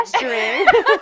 Gesturing